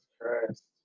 Christ